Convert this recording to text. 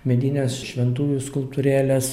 medinės šventųjų skulptūrėlės